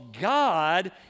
God